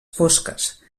fosques